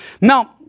Now